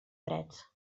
drets